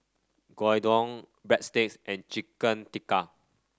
Gyudon Breadsticks and Chicken Tikka